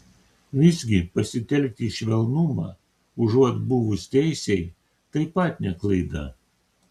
visgi pasitelkti švelnumą užuot buvus teisiai taip pat ne klaida